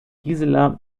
gisela